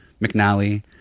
McNally